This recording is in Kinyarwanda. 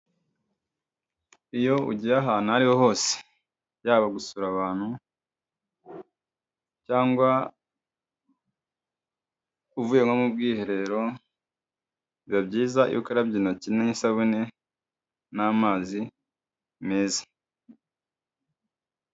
Iyo ugiye ahantu aho ari ho hose yaba gusura abantu cyangwa uvuye nko mu bwiherero, biba byiza iyo ukarabye n'isabune n'amazi meza.